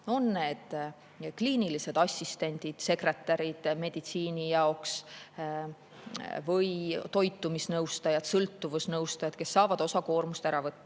näiteks kliinilisi assistente, sekretäre meditsiini jaoks või toitumisnõustajaid, sõltuvusnõustajaid, kes saavad osa koormust ära võtta.